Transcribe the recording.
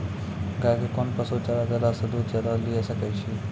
गाय के कोंन पसुचारा देला से दूध ज्यादा लिये सकय छियै?